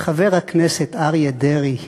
וחבר הכנסת אריה דרעי,